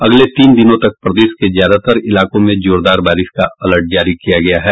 अगले तीन दिनों तक प्रदेश के ज्यादातर इलाकों में जोरदार बारिश का अलर्ट जारी किया गया है